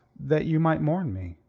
that you might mourn me.